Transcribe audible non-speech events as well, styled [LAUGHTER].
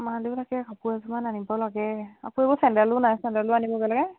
মালেও তাকে কাপোৰ এযোৰমান আনিব লাগে [UNINTELLIGIBLE] বোৰ চেণ্ডেলো নাই চেণ্ডেলো আনিবগে লাগে